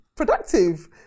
Productive